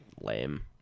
lame